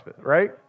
right